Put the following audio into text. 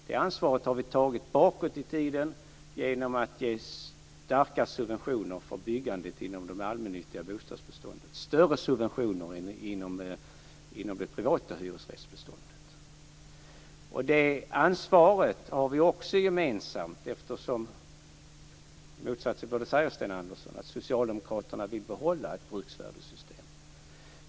Det ansvaret har vi tagit bakåt i tiden genom att ge starka subventioner för byggandet inom det allmännyttiga bostadsbeståndet, större subventioner än inom det privata hyresrättsbeståndet. Det ansvaret har vi också gemensamt eftersom vi socialdemokrater, i motsats till vad Sten Andersson säger, vill behålla ett bruksvärdessystem.